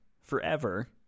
forever